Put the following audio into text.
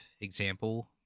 example